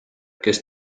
kes